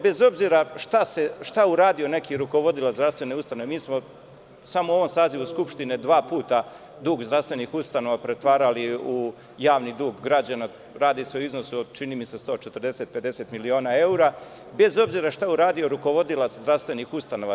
Bez obzira šta uradio neki rukovodilac zdravstvene ustanove, mi smo samo u ovom sazivu Skupštine dva puta dug zdravstvenih ustanova pretvarali u javni dug građana, radi se o iznosu od čini mi se 140, 150 miliona evra, bez obzira šta uradio rukovodilac zdravstvenih ustanova.